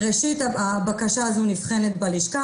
ראשית הבקשה הזו נבחנת בלשכה,